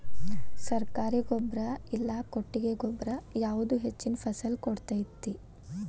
ಸರ್ಕಾರಿ ಗೊಬ್ಬರ ಇಲ್ಲಾ ಕೊಟ್ಟಿಗೆ ಗೊಬ್ಬರ ಯಾವುದು ಹೆಚ್ಚಿನ ಫಸಲ್ ಕೊಡತೈತಿ?